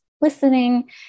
listening